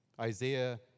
Isaiah